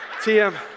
TM